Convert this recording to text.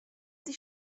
sich